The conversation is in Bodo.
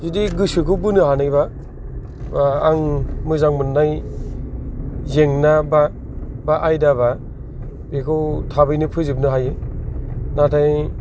जुदि गोसोखौ बोनो हानायबा आं मोजां मोननाय जेंना बा बा आइदा बा बेखौ थाबैनो फोजोबनो हायो नाथाय